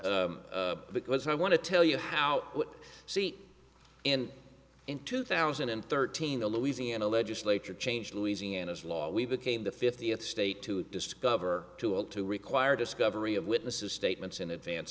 order because i want to tell you how i see in in two thousand and thirteen the louisiana legislature changed louisiana's law we became the fiftieth state to discover too old to require discovery of witnesses statements in advance